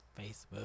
Facebook